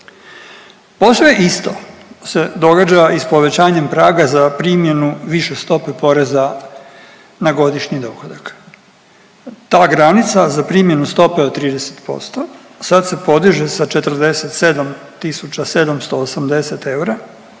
Posve isto se događa i sa povećanjem praga za primjenu više stope poreza na godišnji dohodak. Ta granica za primjenu stope od 30% sad se podiže sa 47780 eura